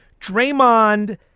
Draymond